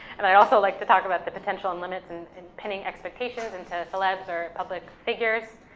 and i'd also like to talk about the potential, and limits and and pinning expectations into celebs or public figures,